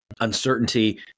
uncertainty